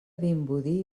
vimbodí